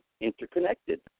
interconnected